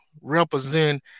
represent